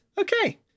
Okay